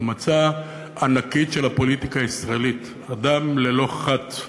החמצה ענקית של הפוליטיקה הישראלית, אדם ללא חת,